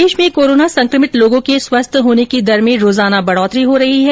प्रदेश में कोरोना सक मित लोगों के स्वस्थ होने की दर में बढोतरी हो रही है